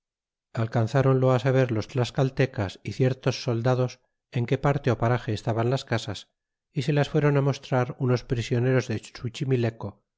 plumages alcanzáronlo á saber los tlascaltecas y ciertos soldados en qué parte ó parage estaban las casas y se las fuéron á mostrar unos prisioneros de